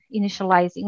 initializing